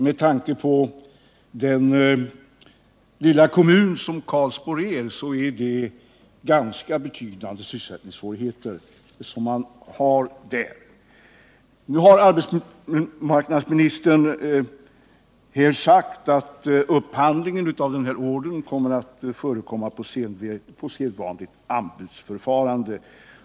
Med tanke på Karlsborgs kommuns storlek rör det sig här om betydande sysselsättningssvårigheter. Nu har arbetsmarknadsministern sagt att upphandlingen kommer att ske efter sedvanligt anbudsförfarande.